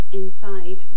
inside